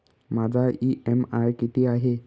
माझा इ.एम.आय किती आहे?